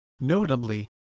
Notably